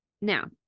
Now